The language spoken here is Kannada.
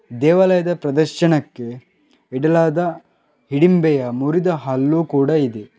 ದೇವಾಲಯದ ಪ್ರದರ್ಶನಕ್ಕೆ ಇಡಲಾದ ಹಿಡಿಂಬೆಯ ಮುರಿದ ಹಲ್ಲು ಕೂಡ ಇದೆ